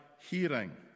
hearing